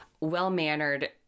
well-mannered